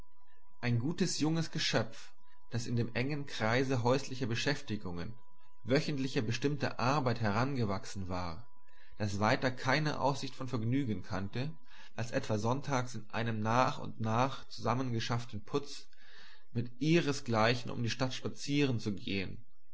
ein gutes junges geschöpf das in dem engen kreise häuslicher beschäftigungen wöchentlicher bestimmter arbeit herangewachsen war das weiter keine aussicht von vergnügen kannte als etwa sonntags in einem nach und nach zusammengeschafften putz mit ihresgleichen um die stadt spazierenzugehen